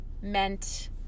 meant